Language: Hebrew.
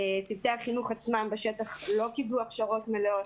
צוותי החינוך עצמם בשטח לא קיבלו הכשרות מלאות,